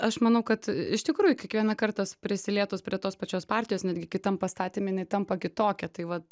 aš manau kad iš tikrųjų kiekvieną kartą s prisilietus prie tos pačios partijos netgi kitam pastatyme jinai tampa kitokia tai vat